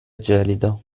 gelida